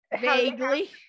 vaguely